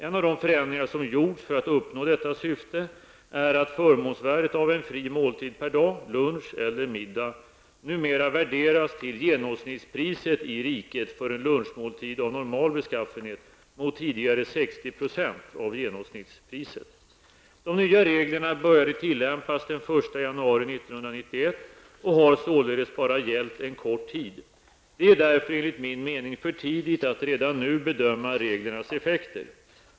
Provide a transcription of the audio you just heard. En av de förändringar som gjorts för att uppnå detta syfte är att förmånsvärdet av en fri måltid per dag , numera värderas till genomsnittspriset i riket för en lunchmåltid av normal beskaffenhet mot tidigare 1991 och har således gällt bara en kort tid. Det är därför enligt min mening för tidigt att redan nu bedöma reglernas effekter.